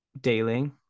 Daily